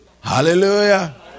Hallelujah